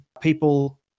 people